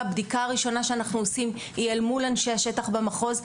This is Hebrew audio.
הבדיקה הראשונה שאנחנו עושים היא אל מול אנשי השטח במחוז,